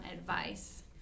advice